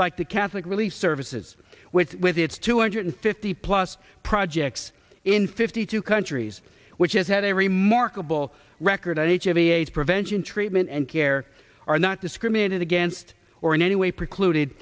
like the catholic relief services which with its two hundred fifty plus projects in fifty two countries which has had a remarkable record of hiv aids prevention treatment and care are not discriminated against or in any way precluded